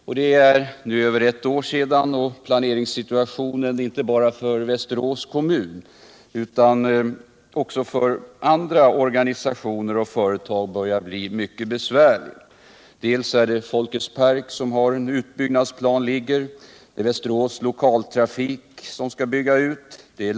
Nu är det över ett år sedan och planeringssituationen inte bara för Västerås kommun utan också för organisationer och företag börjar bli mycket besvärlig. Folkets park har en utbyggnadsplan liggande och Västerås lokaltrafik skall bygga ut.